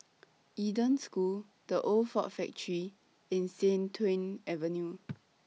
Eden School The Old Ford Factory and Sian Tuan Avenue